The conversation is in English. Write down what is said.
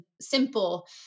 simple